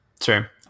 Sure